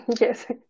Yes